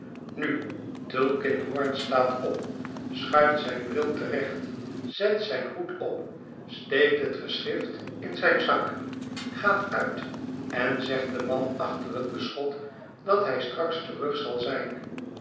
nu tulkinghorn staat op schuift zijn bril te recht zet zijn hoed op steekt het geschrift in zijn zak gaat uit en zegt den man achter het beschot dat hij straks terug zal zijn